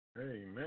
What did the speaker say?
Amen